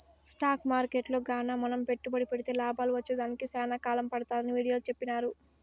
stock మార్కెట్టులో గాన మనం పెట్టుబడి పెడితే లాభాలు వచ్చేదానికి సేనా కాలం పడతాదని వీడియోలో సెప్పినారు